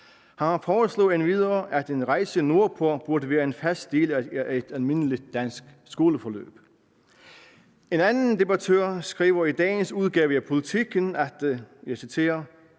Han foreslog endvidere, at en rejse nordpå burde være en fast del af et almindeligt dansk skoleforløb. En anden debattør skriver i dagens udgave af Politiken, og